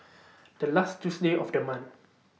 The last Tuesday of The month